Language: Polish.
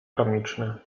komiczny